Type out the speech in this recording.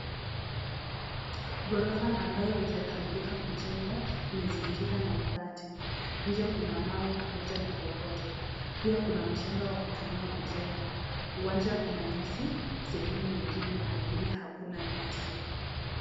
Ghorofa ambayo hijakamilika kujengwa imezingirwa na mabati. Nje kuna mawe pamoja na kokoto pia kuna mchanga wa kutumia kujenga. Uwanja una nyasi sehemu nyingine na kwingine hakuna nyasi.